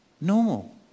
normal